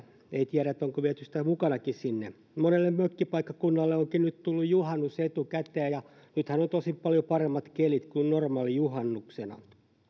ei tiedä onko viety sitä mukanakin sinne monelle mökkipaikkakunnalle onkin nyt tullut juhannus etukäteen ja nythän on tosin paljon paremmat kelit kuin normaalina juhannuksena